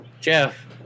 Jeff